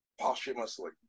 posthumously